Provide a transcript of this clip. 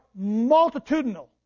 multitudinal